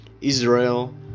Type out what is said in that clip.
Israel